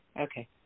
Okay